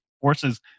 forces